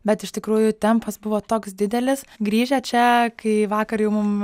bet iš tikrųjų tempas buvo toks didelis grįžę čia kai vakar jau mum